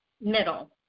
Middle